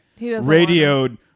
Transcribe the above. radioed